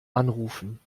anrufen